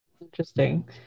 Interesting